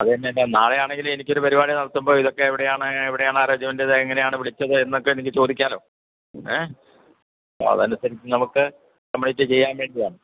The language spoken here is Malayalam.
അതു തന്നെയല്ല നാളെയാണെങ്കിലും എനിക്കൊരു പരിപാടി നടത്തുമ്പോള് ഇതൊക്കെ എവിടെയാണ് എവിടെയാണാ അറേഞ്ച്മെൻറ്റെയ്തത് എങ്ങനെയാണ് വിളിച്ചത് എന്നൊക്കെ എനിക്ക് ചോദിക്കാമല്ലോ ഏ അപ്പോള് അതനുസരിച്ച് നമുക്ക് കംപ്ലിറ്റ് ചെയ്യാൻ വേണ്ടിയാണ്